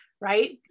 right